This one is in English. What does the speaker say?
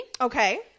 okay